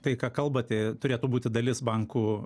tai ką kalbate turėtų būti dalis bankų